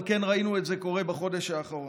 אבל כן ראינו את זה קורה בחודש האחרון.